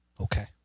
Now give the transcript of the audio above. Okay